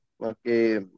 okay